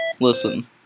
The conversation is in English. listen